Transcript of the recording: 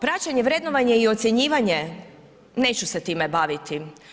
Praćenje vrednovanje i ocjenjivanje, neću se time baviti.